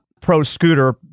pro-scooter